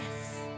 Yes